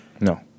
No